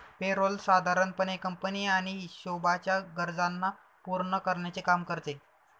पे role साधारण पणे company आणि हिशोबाच्या गरजांना पूर्ण करण्याचे काम करते